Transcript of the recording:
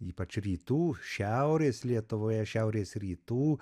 ypač rytų šiaurės lietuvoje šiaurės rytų